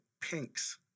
pinks